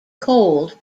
cold